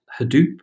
Hadoop